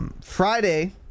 Friday